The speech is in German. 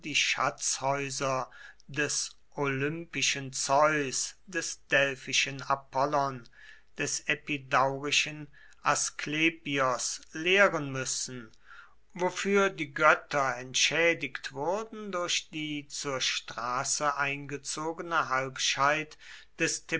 die schatzhäuser des olympischen zeus des delphischen apollon des epidaurischen asklepios leeren müssen wofür die götter entschädigt wurden durch die zur straße eingezogene halbscheid des